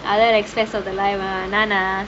other aspect of the life ah நானா:naanaa